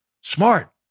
Smart